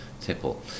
tipple